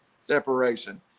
separation